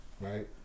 right